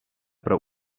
pro